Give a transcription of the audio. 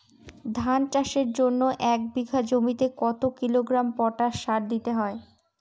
ধান চাষের জন্য এক বিঘা জমিতে কতো কিলোগ্রাম পটাশ সার দিতে হয়?